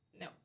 no